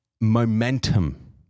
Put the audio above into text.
momentum